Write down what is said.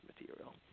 material